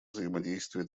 взаимодействия